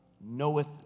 knoweth